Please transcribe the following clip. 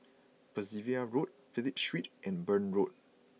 Percival Road Phillip Street and Burn Road